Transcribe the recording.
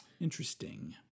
Interesting